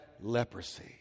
leprosy